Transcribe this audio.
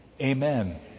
Amen